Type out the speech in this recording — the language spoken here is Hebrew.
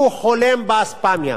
חולם באספמיה.